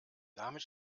damit